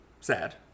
sad